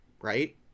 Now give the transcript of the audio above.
right